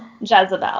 Jezebel